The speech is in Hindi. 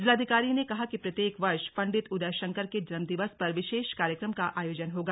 जिलाधिकारी ने कहा कि प्रत्येक वर्ष पंडित उदय शंकर के जन्म दिवस पर विशेष कार्यक्रम का आयोजन होगा